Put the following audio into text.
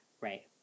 Right